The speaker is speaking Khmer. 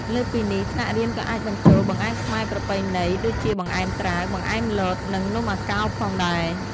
លើសពីនេះ ថ្នាក់រៀនក៏អាចបញ្ចូល បង្អែមខ្មែរប្រពៃណី ដូចជាបង្អែមត្រាវ បង្អែមលត និងនំអាកោផងដែរ។